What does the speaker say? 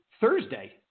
Thursday